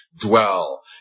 dwell